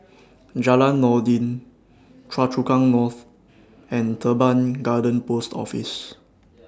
Jalan Noordin Choa Chu Kang North and Teban Garden Post Office